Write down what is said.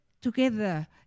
together